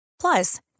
Plus